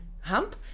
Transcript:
hump